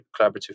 collaborative